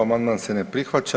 Amandman se ne prihvaća.